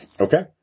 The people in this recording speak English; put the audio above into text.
Okay